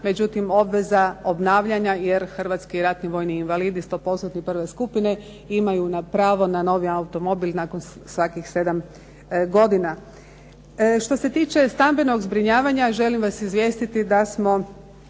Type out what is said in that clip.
Međutim, obveza obnavljanja jer hrvatski ratni vojni invalidi, stopostotni prve skupine imaju pravo na novi automobil nakon svakih 7 godina. Što se tiče stambenog zbrinjavanja želim vas izvijestiti da smo